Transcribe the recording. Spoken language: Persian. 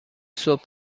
صبح